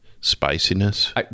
spiciness